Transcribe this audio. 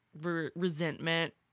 resentment